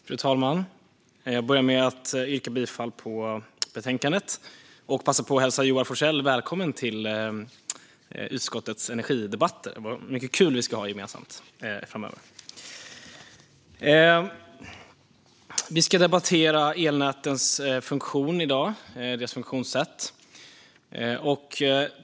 Fru talman! Jag börjar med att yrka bifall till utskottets förslag och passar på att hälsa Joar Forssell välkommen till utskottet och energidebatten. Vad mycket kul vi ska ha tillsammans framöver! Vi ska i dag debattera elnätens funktionssätt.